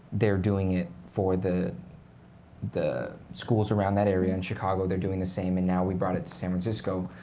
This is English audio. they're doing it for the the schools around that area. in chicago, they're doing the same. and now we've brought it to san francisco.